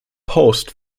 post